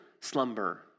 slumber